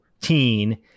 teen